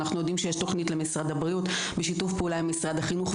אנחנו יודעים שיש תוכנית משרד הבריאות בשיתוף פעולה עם משרד החינוך,